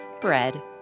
bread